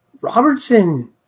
Robertson